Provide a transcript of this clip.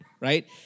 right